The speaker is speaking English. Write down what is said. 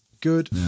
good